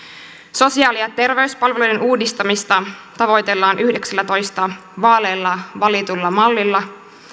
sosiaali ja terveyspalvelujen uudistamista tavoitellaan yhdeksällätoista vaaleilla valitulla mallilla